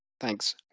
Thanks